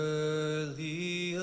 early